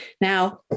Now